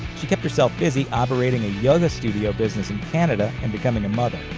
she kept herself busy operating a yoga studio business in canada and becoming a mother.